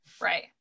Right